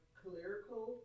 clerical